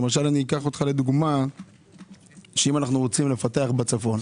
למשל, אם אנו רוצים לפתח בצפון,